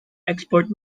export